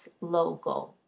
logo